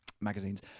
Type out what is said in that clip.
magazines